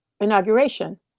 inauguration